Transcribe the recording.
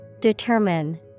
Determine